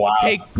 take